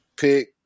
Pick